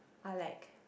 are like